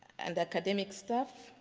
and academic staff,